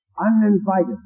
uninvited